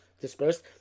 dispersed